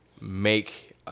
make